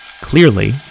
Clearly